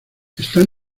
están